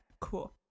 Cool